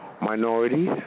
minorities